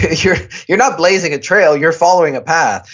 you're you're not blazing a trail. you're following a path.